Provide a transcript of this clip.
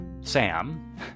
Sam